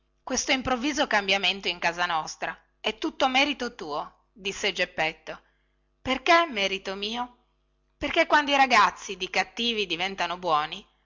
questo improvviso cambiamento in casa nostra è tutto merito tuo disse geppetto perché merito mio perché quando i ragazzi di cattivi diventano buoni